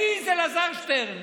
מעז אלעזר שטרן